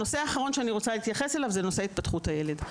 הנושא האחרון שאני רוצה להתייחס אליו הוא נושא התפתחות הילד.